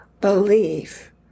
belief